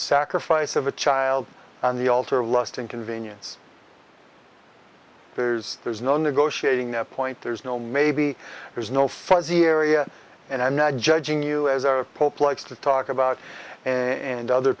sacrifice of a child on the altar of lust and convenience there's there's no negotiating point there's no maybe there's no fuzzy area and i'm not judging you as pope likes to talk about and other